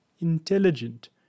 intelligent